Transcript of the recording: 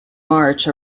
march